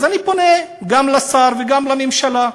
אז אני פונה גם לשר וגם לממשלה: